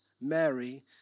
Mary